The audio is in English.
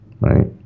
right